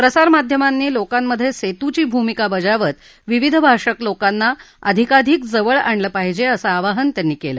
प्रसार माध्यमांनी लोकांमधे सेतू ची भूमिका बजावत विविध भाषक लोकाना अधिकाधिक जवळ आणलं पाहिजे असं आवाहन त्यांनी केलं